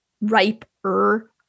riper